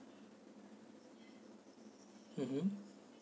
mmhmm